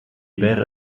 wäre